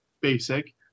basic